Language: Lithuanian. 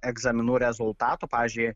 egzaminų rezultatų pavyzdžiui